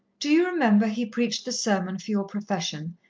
do you remember, he preached the sermon for your profession,